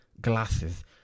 glasses